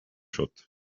schott